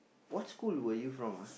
what school were you from ah